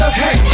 hey